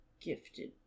gifted